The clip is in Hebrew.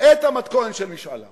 את המתכונת של משאל עם.